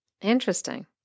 Interesting